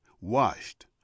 washed